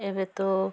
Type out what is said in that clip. ଏବେ ତ